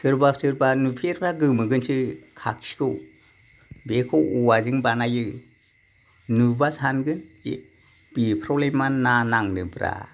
सोरबा सोरबा नुफेरबा गोमोगोनसो खाखिखौ बेखौ औवाजों बानायो नुबा सानगोन जे बेफ्रावलाय मा ना नांनोब्रा